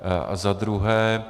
A za druhé.